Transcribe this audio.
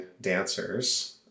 dancers